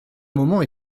moment